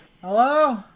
Hello